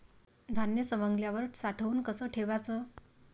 धान्य सवंगल्यावर साठवून कस ठेवाच?